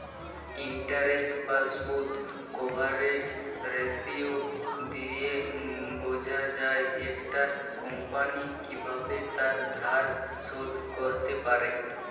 interest বা সুদ coverage ratio দিয়ে বোঝা যায় একটা কোম্পানি কিভাবে তার ধার শোধ করতে পারে